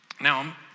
Now